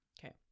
Okay